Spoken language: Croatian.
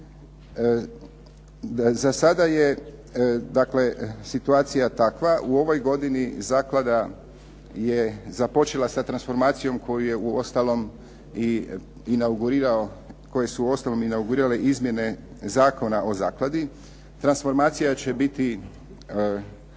Za sada je dakle situacija takva. U ovoj godini zaklada je započela sa transformacijom koju je uostalom i inaugurirao, koje su uostalom inaugurirale izmjene Zakona o zakladi. Tranformacija će biti